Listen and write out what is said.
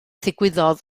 ddigwyddodd